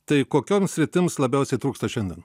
tai kokioms sritims labiausiai trūksta šiandien